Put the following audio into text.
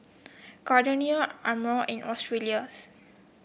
Gardenia Amore and Australis